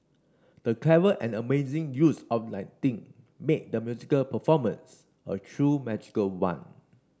the clever and amazing use of lighting made the musical performance a true magical one